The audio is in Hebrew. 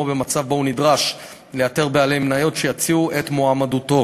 במצב שבו הוא נדרש לאתר בעלי מניות שיציעו את מועמדותו.